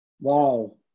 wow